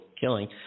killing